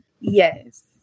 Yes